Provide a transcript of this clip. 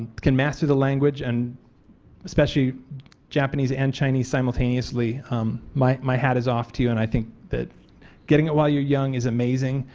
can master the language and especially japanese and chinese simultaneously my my hat is off to you. and i think that getting it while you're young is amazing,